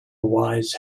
wise